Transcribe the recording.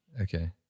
Okay